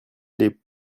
les